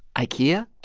ikea?